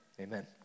amen